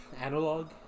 Analog